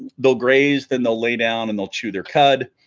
they'll graze then they'll lay down and they'll chew their cud